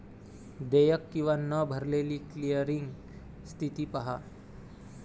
देयक किंवा न भरलेली क्लिअरिंग स्थिती पहा